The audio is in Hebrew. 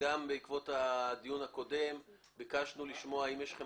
וגם בעקבות הדיון הקודם ביקשנו לשמוע האם יש לכם